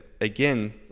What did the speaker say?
again